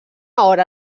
hora